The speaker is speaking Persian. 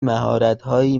مهارتهایی